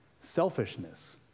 selfishness